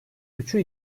üçü